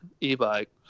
e-bike